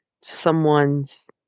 someone's